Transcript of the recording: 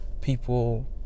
people